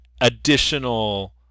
additional